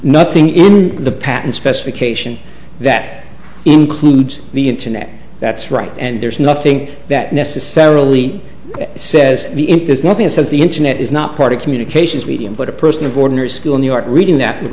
nothing the patent specification that includes the internet that's right and there's nothing that necessarily says the imp there's nothing it says the internet is not part of communications medium but a person of ordinary school in new york reading that would